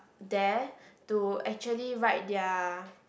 there to actually write their